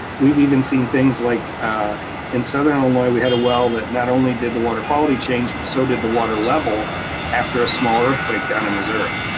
we've even seen things like ah in southern illinois, we had a well that not only did the water quality change, but so did the water level after a small earthquake down in missouri.